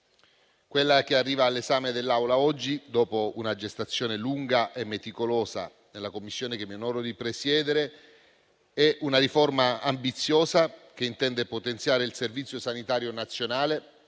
Quella che arriva all'esame dell'Assemblea oggi, dopo una gestazione lunga e meticolosa della Commissione che mi onoro di presiedere, è una riforma ambiziosa che intende potenziare il Servizio sanitario nazionale